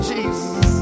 Jesus